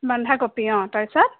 বন্ধাকবি অঁ তাৰপিছত